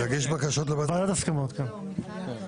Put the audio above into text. כן.